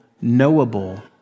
knowable